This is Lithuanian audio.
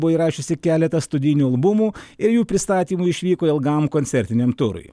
buvo įrašiusi keletą studijinių albumų ir jų pristatymui išvyko ilgam koncertiniam turui